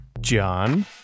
John